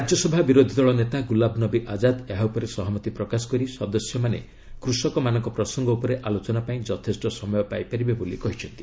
ରାଜ୍ୟସଭା ବିରୋଧୀଦଳ ନେତା ଗୁଲାମନବୀ ଆଜାଦ ଏହା ଉପରେ ସହମତି ପ୍ରକାଶ କରି ସଦସ୍ୟମାନେ କୃଷକମାନଙ୍କ ପ୍ରସଙ୍ଗ ଉପରେ ଆଲୋଚନା ପାଇଁ ଯଥେଷ୍ଟ ସମୟ ପାଇପାରିବେ ବୋଲି କହିଚ୍ଛନ୍ତି